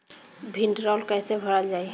भीडरौल कैसे भरल जाइ?